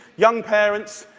young parents,